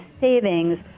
savings